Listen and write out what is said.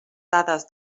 dades